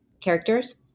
characters